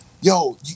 yo